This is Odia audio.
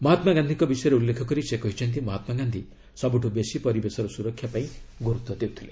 ମହାତ୍ମା ଗାନ୍ଧୀଙ୍କ ବିଷୟରେ ଉଲ୍ଲେଖ କରି ସେ କହିଛନ୍ତି ମହାତ୍ମା ଗାନ୍ଧି ସବୁଠୁ ବେଶି ପରିବେଶର ସୁରକ୍ଷା ପାଇଁ ଗୁରୁତ୍ୱ ଦେଉଥିଲେ